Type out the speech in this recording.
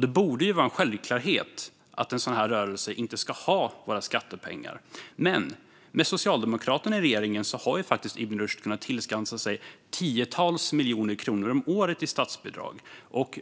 Det borde vara en självklarhet att en sådan här rörelse inte ska ha våra skattepengar. Men med Socialdemokraterna i regeringen har Ibn Rushd kunnat tillskansa sig tiotals miljoner kronor om året i statsbidrag.